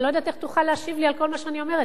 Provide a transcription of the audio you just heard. אני לא יודעת איך תוכל להשיב לי על כל מה שאני אומרת,